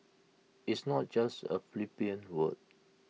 it's not just A flippant word